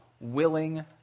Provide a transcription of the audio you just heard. willing